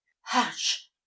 Hush